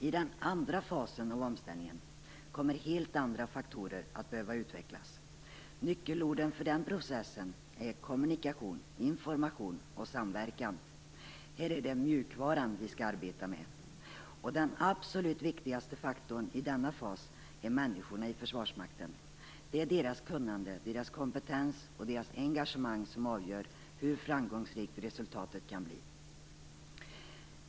I den andra fasen av omställningen kommer helt andra faktorer att behöva utvecklas. Nyckelorden för den processen är kommunikation, information och samverkan. Här är det "mjukvaran" vi skall arbeta med. Den absolut viktigaste faktorn i denna fas är människorna i Försvarsmakten. Det är deras kunnande, kompetens och engagemang som avgör hur framgångsrikt resultatet blir.